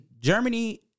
Germany